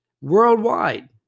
worldwide